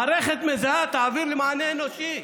מערכת שמזהה תעביר למענה אנושי.